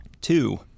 Two